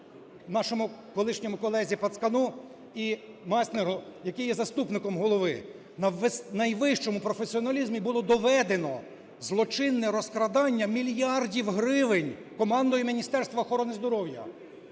нашому колишньому колезі Пацкану і Майснеру, який є заступником голови), на найвищому професіоналізмі було доведено злочинне розкрадання мільярдів гривень командою Міністерства охорони здоров'я.